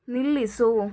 ನಿಲ್ಲಿಸು